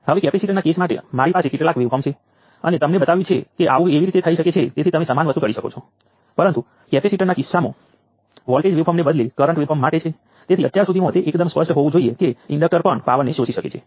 હવે આ સર્કિટમાં 4 નોડ્સ અને ઘણી શાખાઓ 1 2 3 4 5 6 7 8 છે તેથી 8 શાખાઓ છે